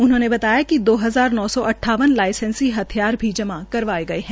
उन्होंने बताया कि दो हजार नो सौ अठावन लाईसेंसी हथियान भी जमा करवाए गए हैं